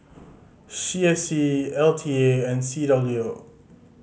C S C L T A and C W O